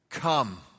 Come